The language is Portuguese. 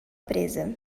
presa